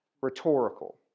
Rhetorical